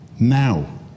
now